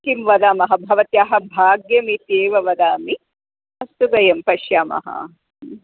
किं वदामः भवत्याः भाग्यम् इत्येव वदामि अस्तु वयं पश्यामः ह्म्